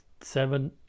seven